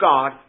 God